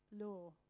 law